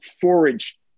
Forage